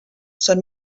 són